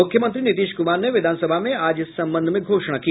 मुख्यमंत्री नीतीश कुमार ने विधानसभा में आज इस संबंध में घोषणा की